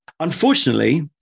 Unfortunately